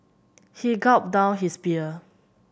he gulped down his beer